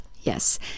Yes